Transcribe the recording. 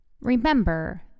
Remember